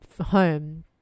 home